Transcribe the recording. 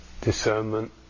discernment